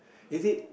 is it